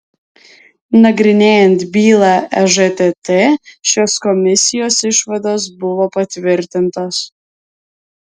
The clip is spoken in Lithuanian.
nagrinėjant bylą ežtt šios komisijos išvados buvo patvirtintos